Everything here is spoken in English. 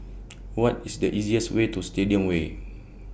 What IS The easiest Way to Stadium Way